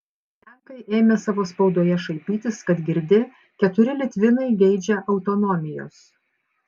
lenkai ėmė savo spaudoje šaipytis kad girdi keturi litvinai geidžia autonomijos